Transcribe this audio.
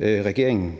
regeringen.